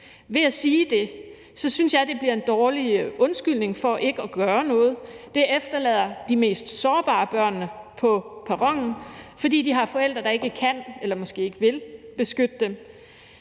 Ved at sige det synes jeg, det bliver en dårlig undskyldning for ikke at gøre noget. Det efterlader de mest sårbare af børnene på perronen, fordi de har forældre, der ikke kan eller måske ikke vil beskytte dem.